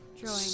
drawing